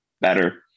better